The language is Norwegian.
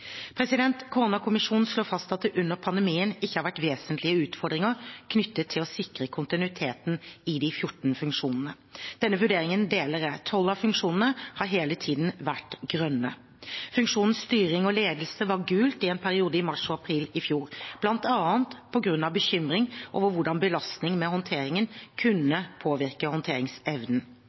slår fast at det under pandemien ikke har vært vesentlige utfordringer knyttet til å sikre kontinuiteten i de 14 funksjonene. Denne vurderingen deler jeg. Tolv av funksjonene har hele tiden vært grønne. Funksjonen «Styring og kriseledelse» var gul i en periode i mars og april i fjor, bl.a. på grunn av bekymring over hvordan belastningen med håndteringen kunne påvirke håndteringsevnen.